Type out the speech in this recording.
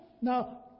Now